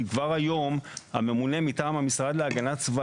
כי כבר היום הממונה מטעם המשרד להגנת הסביבה,